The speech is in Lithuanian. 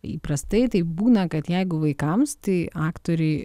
įprastai taip būna kad jeigu vaikams tai aktoriai